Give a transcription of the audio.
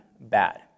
bad